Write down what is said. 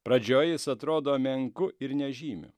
pradžioj jis atrodo menku ir nežymiu